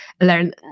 learn